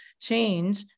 change